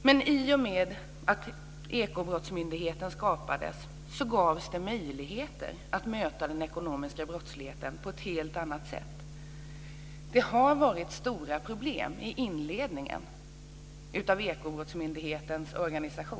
Men i och med att Ekobrottsmyndigheten skapades gavs det möjligheter att möta den ekonomiska brottsligheten på ett helt annat sätt. Det har varit stora problem i inledningen av Ekobrottsmyndighetens organisation.